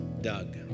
Doug